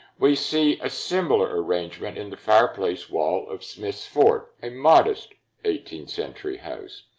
we see a similar arrangement in the fireplace wall of smith's fort, a modest eighteenth century house.